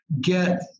get